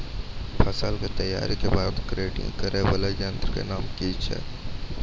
फसल के तैयारी के बाद ग्रेडिंग करै वाला यंत्र के नाम की छेकै?